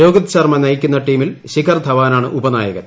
രോഹിത് ശർമ്മ നയിക്കുന്ന ടീമിൽ ശിഖർ ധവാനാണ് ഉപനായകൻ